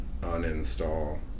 uninstall